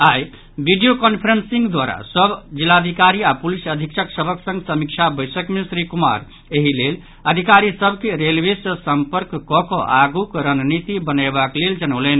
आई video conferencing द्वारा सभ जिलाधिकारी आओर पुलिस अधीक्षक सभक संग समीक्षा बैसक मे श्री कुमार एहि लेल अधिकारी सभ के रेलवे सँ संपर्क कऽ कऽ आगुक रणनीति बनयबाक लेल जनौलनि